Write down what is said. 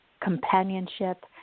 companionship